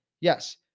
Yes